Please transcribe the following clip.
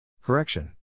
Correction